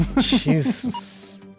Jesus